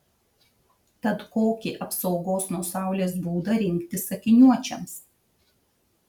tad kokį apsaugos nuo saulės būdą rinktis akiniuočiams